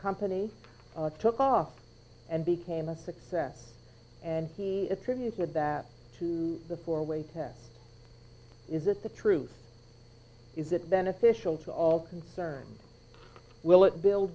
company took off and became a success and he attributed that to the four way test is that the truth is that beneficial to all concerned will it build